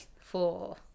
Four